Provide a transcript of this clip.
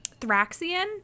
Thraxian